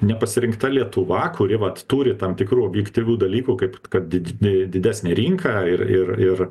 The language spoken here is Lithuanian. nepasirinkta lietuva kuri vat turi tam tikrų objektyvių dalykų kaip kad did i didesnę rinką ir ir ir